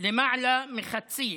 למעלה מחצי,